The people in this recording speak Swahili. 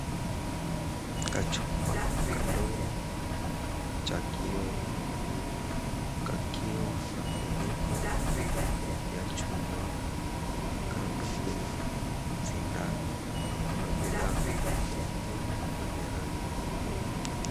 Kachupa madogo cha kioo kakiwa na funiko ya chuma Kando kuna sindano na kuna bidhaa zingine yenye rangi nyekundu.